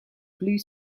blue